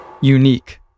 Unique